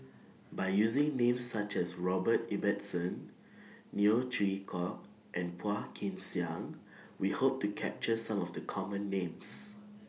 By using Names such as Robert Ibbetson Neo Chwee Kok and Phua Kin Siang We Hope to capture Some of The Common Names